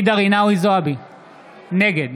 נגד